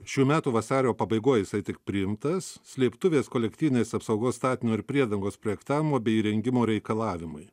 šių metų vasario pabaigoj jisai tik priimtas slėptuvės kolektyvinės apsaugos statinio ir priedangos projektavimo bei įrengimo reikalavimai